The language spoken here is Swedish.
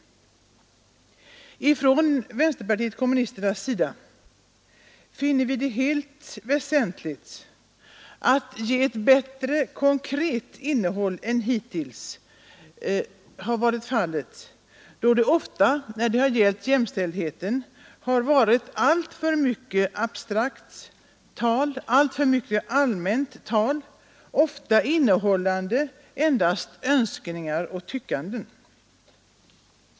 Från vänsterpartiet kommunisternas sida finner vi det helt väsentligt att ge ett bättre konkret innehåll åt ett hittills alltför abstrakt, alltför allmänt tal, ofta innehållande endast önskningar och tyckanden.